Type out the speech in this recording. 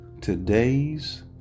Today's